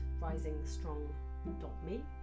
risingstrong.me